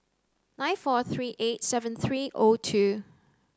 nine four three eight seven three O two